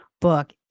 book